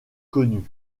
connus